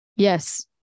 Yes